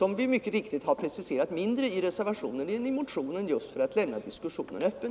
Vi har mycket riktigt talat mindre om den saken i reservationen än i motionen, och det har vi gjort just för att lämna diskussionen öppen.